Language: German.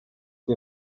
die